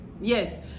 Yes